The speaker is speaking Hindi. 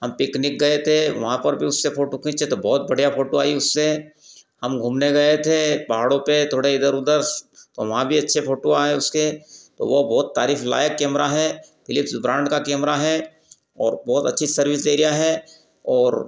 हम पिकनिक गए थे वहाँ पर भी उससे फ़ोटो खींचे तो बहुत बढ़िया फ़ोटो आई उससे हम घूमने गए थे पहाड़ों पर थोड़े इधर उधर तो वहाँ भी अच्छे फ़ोटो आए उसके तो वह बहुत तारीफ़ लायक केमरा है फ़िलिप्स ब्रान्ड का कैमरा है ओर बहुत अच्छी सर्विस दे रहा है और